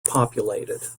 populated